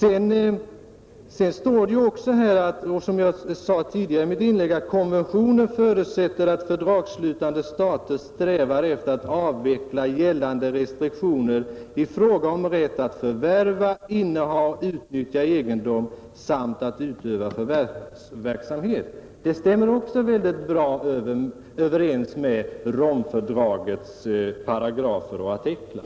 123 I betänkandet sägs det, som jag framhöll i mitt tidigare inlägg: ”Konventionen förutsätter att fördragsslutande stater strävar efter att avveckla gällande restriktioner i fråga om rätt att förvärva, inneha och utnyttja egendom samt att utöva förvärvsverksamhet.” Det stämmer också mycket bra överens med Romfördragets paragrafer och artiklar.